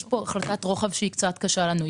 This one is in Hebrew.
זאת החלטת רוחב שהיא קצת קשה לנו.